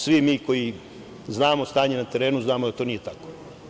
Svi mi koji znamo stanje na terenu znamo da to nije tako.